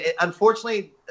Unfortunately